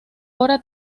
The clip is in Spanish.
hora